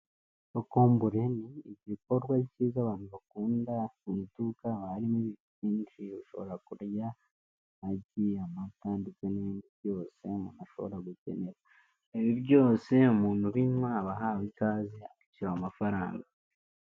Urukombure ni igikorwa cyiza abantu bakunda mu iduka harimo byinshi ushobora kurya na giyamata ndetse n'ibindi byose umuntu ashobora gukenera ibi byose umuntu ubywa aba ahawe ikaze agashyu amafaranga.